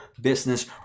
business